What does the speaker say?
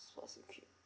sports equip~